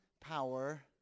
power